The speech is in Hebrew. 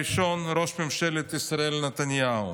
הראשון הוא ראש ממשלת ישראל נתניהו,